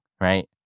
right